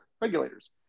regulators